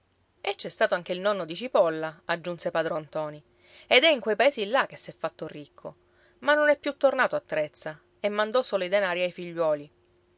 e c'è stato anche il nonno di cipolla aggiunse padron ntoni ed è in quei paesi là che s'è fatto ricco ma non è più tornato a trezza e mandò solo i denari ai figliuoli